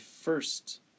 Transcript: first